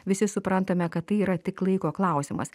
visi suprantame kad tai yra tik laiko klausimas